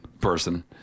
person